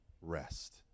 rest